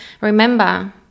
Remember